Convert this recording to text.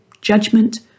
judgment